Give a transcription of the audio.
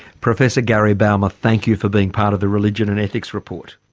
professor gary bouma thank you for being part of the religion and ethics report.